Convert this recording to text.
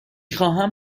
خواهم